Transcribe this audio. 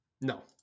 no